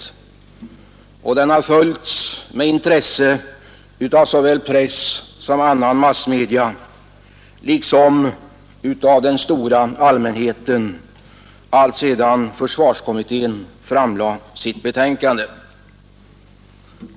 21 Den har följts med intresse av både press och andra massmedia samt av den stora allmänheten alltsedan försvarskommittén framlade sitt betänkande.